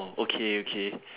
okay okay